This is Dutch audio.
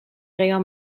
real